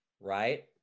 right